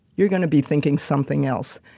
you're going to be thinking something else.